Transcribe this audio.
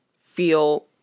feel